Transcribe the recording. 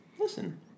Listen